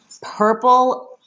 purple